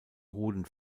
hoden